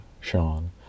Sean